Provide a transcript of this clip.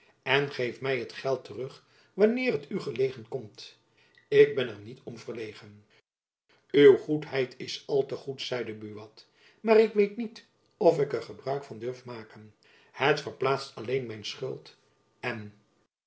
en geef my het geld terug wanneer het u gelegen komt ik ben er niet om verlegen uw goedheid is al te groot zeide buat maar ik weet niet of ik er gebruik van durf maken het verplaatst alleen mijn schuld en